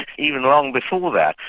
and even long before that,